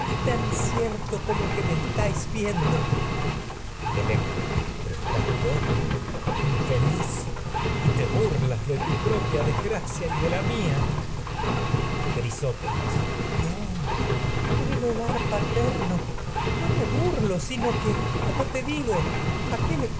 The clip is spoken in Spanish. tan cierto como que me estás viendo electra pero estás loca infeliz y te burlas de tu propia desgracia y de la mía tragedias de sófocles crisótemis no por el hogar paterno no me bur lo sino que como te cligo aquél